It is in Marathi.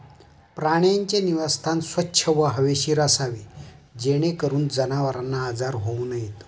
प्राण्यांचे निवासस्थान स्वच्छ व हवेशीर असावे जेणेकरून जनावरांना आजार होऊ नयेत